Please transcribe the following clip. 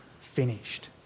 finished